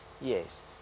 yes